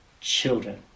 children